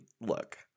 Look